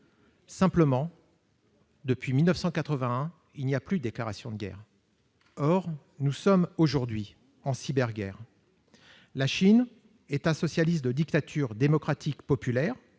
nationale ? Depuis 1981, il n'y a plus de déclaration de guerre. Or nous sommes aujourd'hui en état de cyberguerre. La Chine, « État socialiste de dictature démocratique populaire